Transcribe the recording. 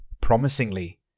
Promisingly